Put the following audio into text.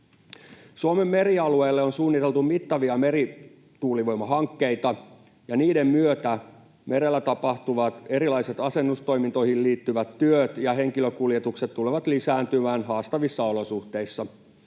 Suomen merialueelle on suunniteltu mittavia merituulivoimahankkeita, ja niiden myötä merellä tapahtuvat erilaiset asennustoimintoihin liittyvät työt ja henkilökuljetukset tulevat lisääntymään haastavissa olosuhteissa.